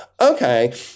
Okay